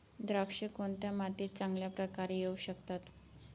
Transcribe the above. द्राक्षे कोणत्या मातीत चांगल्या प्रकारे येऊ शकतात?